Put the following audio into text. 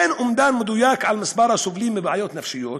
אין אומדן של מספר הסובלים מבעיות נפשיות,